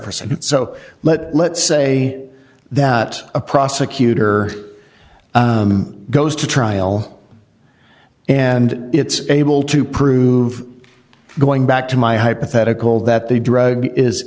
person so let let's say that a prosecutor goes to trial and it's able to prove going back to my hypothetical that the drug is